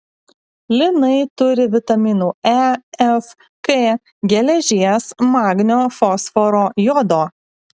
linai turi vitaminų e f k geležies magnio fosforo jodo